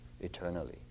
eternally